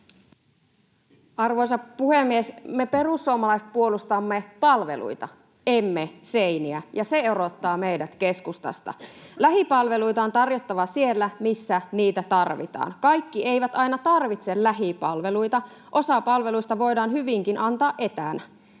Arvoisa puhemies! Me perussuomalaiset puolustamme palveluita, emme seiniä, ja se erottaa meidät keskustasta. Lähipalveluita on tarjottava siellä, missä niitä tarvitaan. Kaikki eivät aina tarvitse lähipalveluita. Osa palveluista voidaan hyvinkin antaa etänä.